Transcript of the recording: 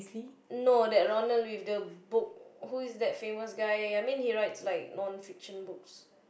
no that Ronald with the book who is that famous guy I mean he writes like non fiction books